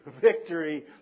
victory